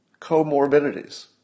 comorbidities